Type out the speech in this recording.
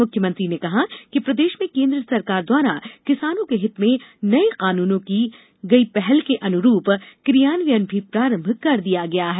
मुख्यमंत्री ने कहा कि प्रदेश में केन्द्र सरकार द्वारा किसानों के हित में नये कानूनों के लिये की गई पहल के अनुरूप क्रियान्वयन भी प्रारंभ कर दिया गया है